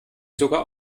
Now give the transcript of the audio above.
sogar